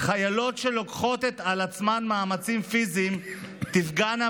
"חיילות שלוקחות על עצמן מאמצים פיזיים תפגענה